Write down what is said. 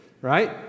right